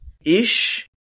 ish